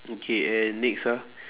okay and next ah